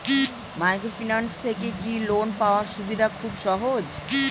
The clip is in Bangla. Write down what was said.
মাইক্রোফিন্যান্স থেকে কি লোন পাওয়ার সুবিধা খুব সহজ?